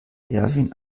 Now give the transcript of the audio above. erwin